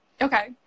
Okay